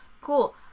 cool